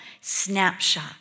snapshot